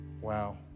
Wow